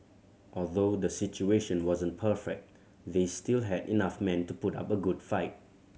although the situation wasn't perfect they still had enough men to put up a good fight